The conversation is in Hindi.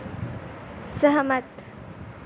सहमत